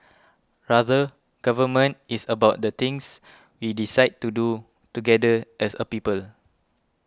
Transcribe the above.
rather government is about the things we decide to do together as a people